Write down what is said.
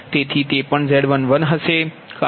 તેથી તે પણ Z11 હશે